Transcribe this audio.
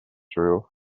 true